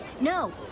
No